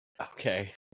Okay